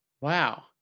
Wow